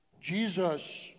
Jesus